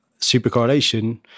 supercorrelation